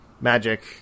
magic